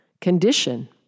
condition